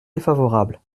défavorable